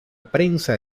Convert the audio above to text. prensa